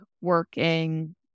working